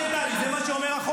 די, מספיק כבר.